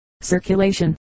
circulation